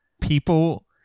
people